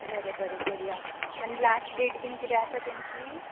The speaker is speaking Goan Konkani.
बरें बरें करया आनी लास्ट डेट बीन किदें आसा तेंची